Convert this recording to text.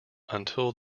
until